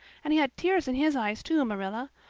and he had tears in his eyes too, marilla.